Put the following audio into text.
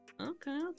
Okay